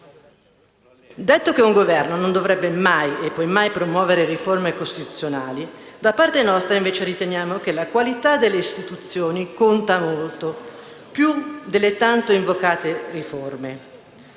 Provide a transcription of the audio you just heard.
Dato che un Governo non dovrebbe mai e poi mai promuovere riforme costituzionali, da parte nostra invece riteniamo che la qualità delle istituzioni conti molto, più delle tanto invocate riforme.